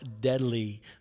deadly